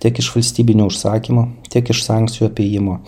tiek iš valstybinio užsakymo tiek iš sankcijų apėjimo